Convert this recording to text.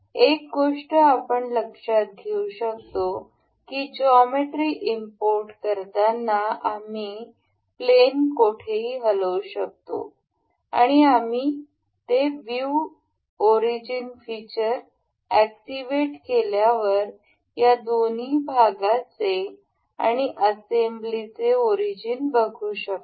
एक गोष्ट आपण लक्षात घेऊ शकतो की जॉमेट्री इम्पोर्ट करताना आम्ही प्लेन कोठेही हलवू शकतो आणि आम्ही हे व्ह्यूव ओरिजिन फिचर ऍक्टिव्हेट केल्यावर त्या दोन्ही भागाचे आणि असेम्ब्ली से ओरिजिन बघू शकतो